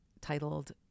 titled